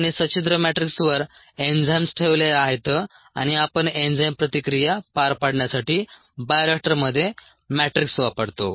त्यांनी सच्छिद्र मॅट्रिक्सवर एन्झाइम्स ठेवले आहेत आणि आपण एन्झाइम प्रतिक्रिया पार पाडण्यासाठी बायोरिएक्टरमध्ये मॅट्रिक्स वापरतो